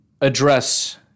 address